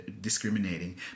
discriminating